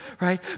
right